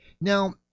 Now